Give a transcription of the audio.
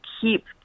keep